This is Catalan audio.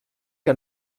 que